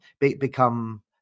become